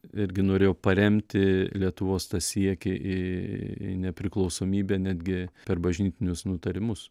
irgi norėjo paremti lietuvos siekį į į nepriklausomybę netgi per bažnytinius nutarimus